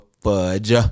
fudge